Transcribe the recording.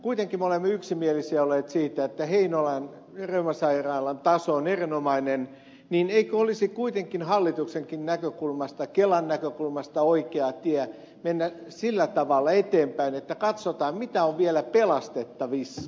kuitenkin me olemme olleet yksimielisiä siitä että heinolan reumasairaalan taso on erinomainen niin eikö olisi kuitenkin hallituksenkin näkökulmasta kelan näkökulmasta oikea tie mennä sillä tavalla eteenpäin että katsotaan mitä on vielä pelastettavissa